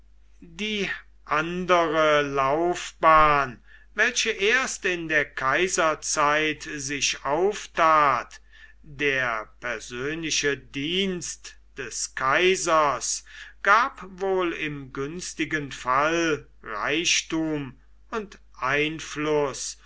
die andere laufbahn welche erst in der kaiserzeit sich auftat der persönliche dienst des kaisers gab wohl im günstigen fall reichtum und einfluß